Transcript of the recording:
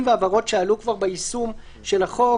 והבהרות שעלו כבר ביישום של החוק.